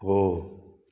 போ